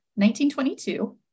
1922